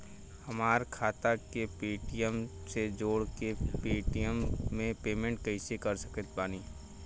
हमार खाता के पेटीएम से जोड़ के पेटीएम से पेमेंट कइसे कर सकत बानी?